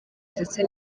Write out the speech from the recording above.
ndetse